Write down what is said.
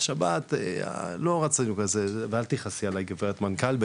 אל תכעסי עלי מנכ"ל.